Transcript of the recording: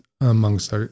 amongst